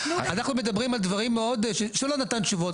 אנחנו מדברים על דברים שלא נתן תשובות,